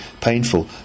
painful